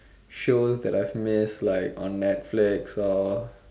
shows that I've missed like on Netflix or